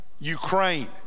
Ukraine